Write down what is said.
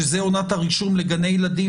שזאת עונת הרישום לגני ילדים